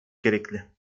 gerekli